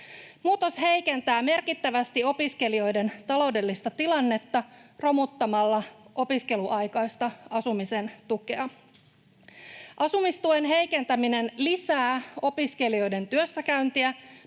Muutos heikentää merkittävästi opiskelijoiden taloudellista tilannetta romuttamalla opiskeluaikaista asumisen tukea. Asumistuen heikentäminen lisää opiskelijoiden työssäkäyntiä,